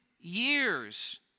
years